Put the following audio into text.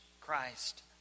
Christ